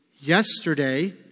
yesterday